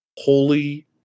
holy